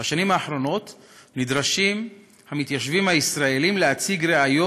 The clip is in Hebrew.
בשנים האחרונות נדרשים המתיישבים הישראלים להציג ראיות